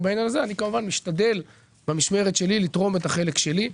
ובעניין הזה אני משתדל לתרום את החלק שלי.